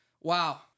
Wow